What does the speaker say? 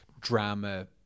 Drama